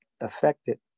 affected